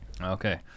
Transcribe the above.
okay